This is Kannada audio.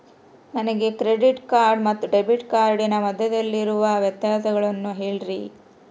ನನಗೆ ಕ್ರೆಡಿಟ್ ಕಾರ್ಡ್ ಮತ್ತು ಡೆಬಿಟ್ ಕಾರ್ಡಿನ ಮಧ್ಯದಲ್ಲಿರುವ ವ್ಯತ್ಯಾಸವನ್ನು ಹೇಳ್ರಿ?